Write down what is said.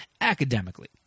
academically